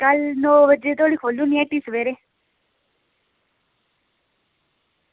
कल्ल नौ बजे तक्क हट्टी खोल्ली ओड़नी सबेरै